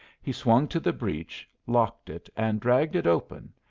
he swung to the breech, locked it, and dragged it open,